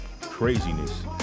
Craziness